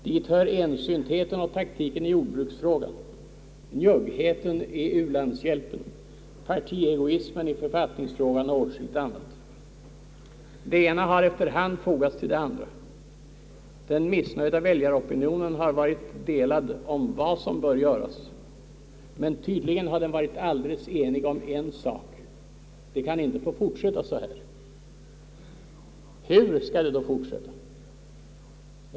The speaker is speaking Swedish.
Dit hör ensynt heten och taktiken i jordbruksfrågan, njuggheten i u-landshjälpen, partiegoismen i författningsfrågan och åtskilligt annat. Det ena har efter hand fogats till det andra. Den missnöjda väljaropinionen har varit delad om vad som bör göras, men tydligen har den varit alldeles enig om en sak: det kan inte få fortsätta så här! Hur skall det då fortsätta?